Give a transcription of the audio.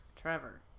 Trevor